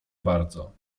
bardzo